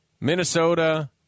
Minnesota